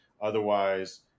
Otherwise